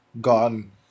Gone